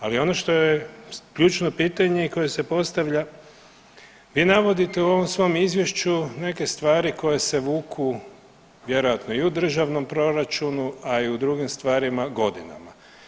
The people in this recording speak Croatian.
Ali ono što je ključno pitanje koje se postavlja, vi navodite u ovom svom izvješću neke stvari koje se vuku vjerojatno i u državnom proračunu, a i u drugim stvarima godinama.